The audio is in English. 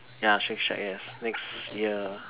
ya Shake-Shack yes next year